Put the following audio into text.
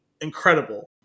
incredible